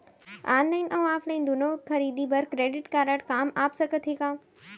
Online अऊ offline दूनो खरीदी बर क्रेडिट कारड काम आप सकत हे का?